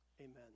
Amen